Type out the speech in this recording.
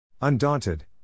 Undaunted